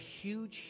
huge